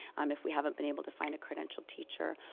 um if we haven't been able to find a credentialed teacher,